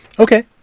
Okay